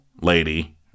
lady